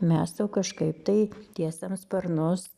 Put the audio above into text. mes jau kažkaip tai tiesiam sparnus